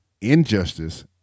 Injustice